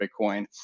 Bitcoin